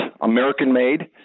American-made